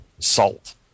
salt